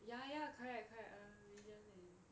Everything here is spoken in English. ya ya correct correct uh region and